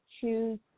choose